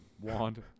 wand